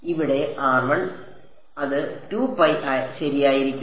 ഇവിടെ അത് ശരിയായിരിക്കും